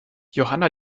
johanna